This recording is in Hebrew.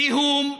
זיהום,